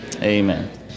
Amen